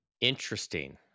Interesting